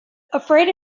afraid